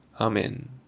Amen